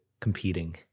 competing